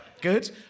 Good